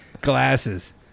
glasses